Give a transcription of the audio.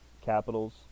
Capitals